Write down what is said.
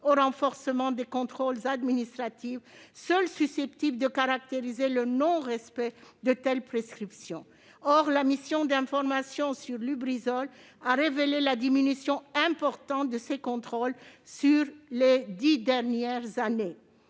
au renforcement des contrôles administratifs, seuls susceptibles de caractériser le non-respect de telles prescriptions. Or la mission d'information sur l'incendie de Lubrizol a révélé la diminution importante de ces contrôles durant les dix dernières années.